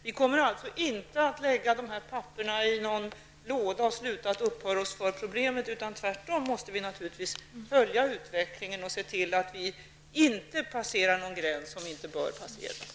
Vi kommer inte att lägga dessa papper i någon låda och sluta att uppmärksamma problemet. Tvärtom måste vi naturligtvis följa utvecklingen och se till att vi inte passerar någon gräns som vi inte bör passera.